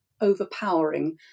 overpowering